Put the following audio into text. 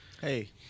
Hey